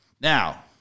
Now